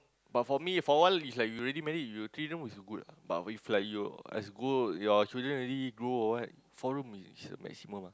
but for me for awhile is like you already married you three room is good ah but if like you as you go your children already grow or what four room is the maximum ah